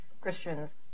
Christians